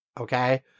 Okay